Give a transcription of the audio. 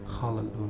hallelujah